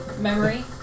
memory